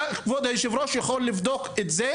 אתה כבוד היושב-ראש יכול לבדוק את זה